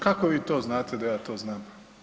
Kako vi to znate da ja to znam?